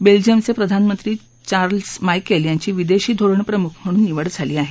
बेल्जियमचे प्रधानमंत्री Charles Michel यांची विदेशी धोरण प्रमुख म्हणून निवड झाली आहे